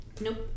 Nope